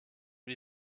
die